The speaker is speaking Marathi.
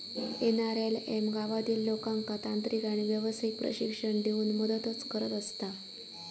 एन.आर.एल.एम गावातील लोकांका तांत्रिक आणि व्यावसायिक प्रशिक्षण देऊन मदतच करत असता